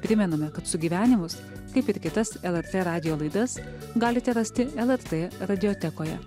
primename kad sugyvenimus kaip ir kitas lrt radijo laidas galite rasti lrt radiotekoje